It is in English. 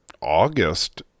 August